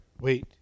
Wait